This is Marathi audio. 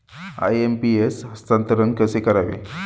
आय.एम.पी.एस हस्तांतरण कसे करावे?